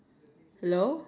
I also ya